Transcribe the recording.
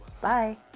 Bye